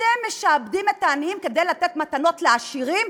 אתם משעבדים את העניים כדי לתת מתנות לעשירים,